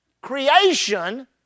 creation